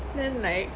then like